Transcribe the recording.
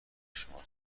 شما